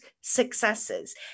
successes